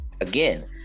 again